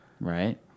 right